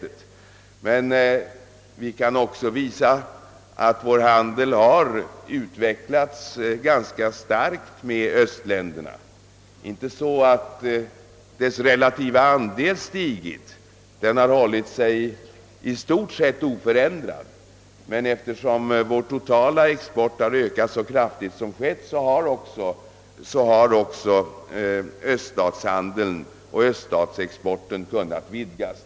Vi kan emellertid också visa att vår handel med östländerna har utvecklats ganska starkt. Detta har inte skett så att dess relativa andel stigit — den har hållit sig i stort sett oförändrad — men eftersom vår totala export har ökat så kraftigt har också exporten till öststaterna kunnat vidgas.